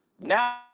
Now